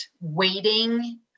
waiting